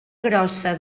grossa